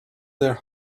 their